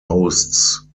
hosts